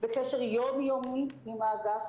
בקשר יומיומי עם האגף,